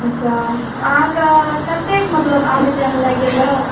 अच्छा अहाँके कतेक मतलब आबै जाइमे लागि गेल रहै